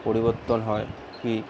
পরিবর্তন হয় কি